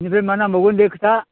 बिनिफ्राय मा नांबावगोन दे खोथा